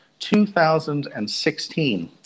2016